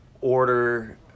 order